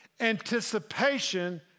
anticipation